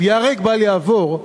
של "ייהרג ובל יעבור",